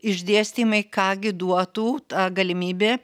išdėstymai ką gi duotų ta galimybė